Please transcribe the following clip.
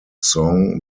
song